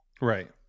Right